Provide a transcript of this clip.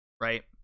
right